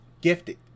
Gifted